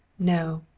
no,